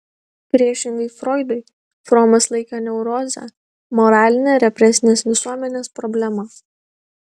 priešingai froidui fromas laikė neurozę moraline represinės visuomenės problema